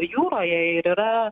jūroje ir yra